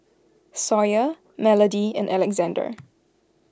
Sawyer Melodie and Alexandr